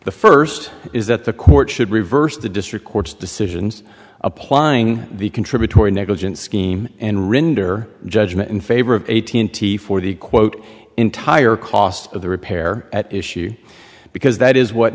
the first is that the court should reverse the district court's decisions applying the contributory negligence scheme and render judgment in favor of eighteen t for the quote entire cost of the repair at issue because that is what